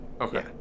Okay